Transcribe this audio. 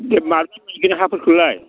दे माजों बिगोन हाफोरखौलाय